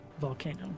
volcano